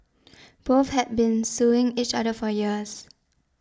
both had been suing each other for years